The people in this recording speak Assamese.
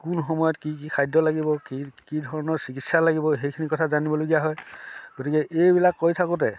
কোন সময়ত কি কি খাদ্য লাগিব কি কি ধৰণৰ চিকিৎসা লাগিব সেইখিনি কথা জানিবলগীয়া হয় গতিকে এইবিলাক কৰি থাকোঁতে